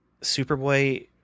Superboy